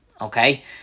Okay